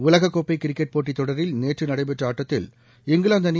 உலகக்கோப்பை கிரிக்கெட் போட்டி தொடரில் நேற்று நடைபெற்ற ஆட்டத்தில் இங்கிலாந்து அணி